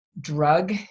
drug